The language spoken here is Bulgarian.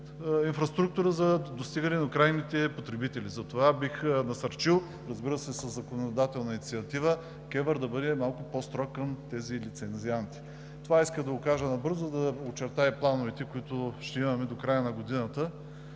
инфраструктура за достигане до крайните потребители. Затова бих насърчил, разбира се, със законодателна инициатива КЕВР да бъде малко по-строг към тези лицензианти. Това исках да го кажа набързо, да очертая плановете, които ще имаме до края на годината,